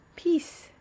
Peace